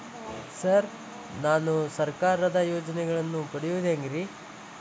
Sir ನಾನು ಸರ್ಕಾರ ಯೋಜೆನೆಗಳನ್ನು ಪಡೆಯುವುದು ಹೆಂಗ್ರಿ?